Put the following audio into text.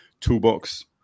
toolbox